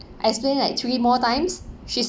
I explain like three more times she's